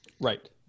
Right